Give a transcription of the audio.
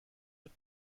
mit